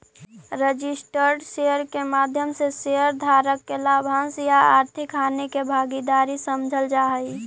registered share के माध्यम से शेयर धारक के लाभांश या आर्थिक हानि के भागीदार समझल जा हइ